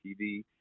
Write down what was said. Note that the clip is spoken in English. TV